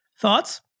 Thoughts